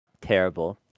terrible